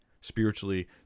spiritually